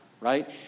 right